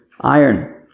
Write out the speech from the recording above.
iron